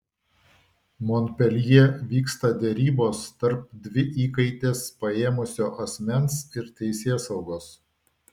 monpeljė vyksta derybos tarp dvi įkaites paėmusio asmens ir teisėsaugos